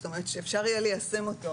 זאת אומרת שאפשר יהיה ליישם אותו.